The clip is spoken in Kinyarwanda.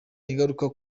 ingaruka